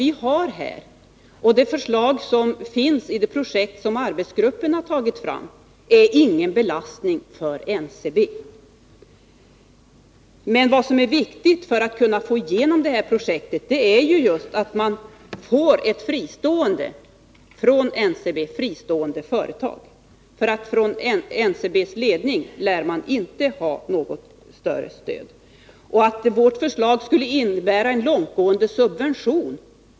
Det förslag som vi framfört och som finns med i det projekt som arbetsgruppen tagit fram innebär ingen belastning för NCB. Vad som är viktigt för att få projektet till stånd är att man åstadkommer ett från NCB fristående företag. Från NCB:s ledning lär man inte ha något större stöd. Nils Åsling säger att vårt förslag skulle innebära en långtgående subvention.